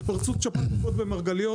התפרצות שפעת עופות במרגליות,